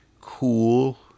cool